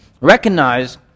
Recognize